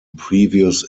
previous